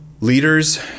Leaders